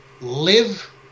live